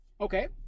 Okay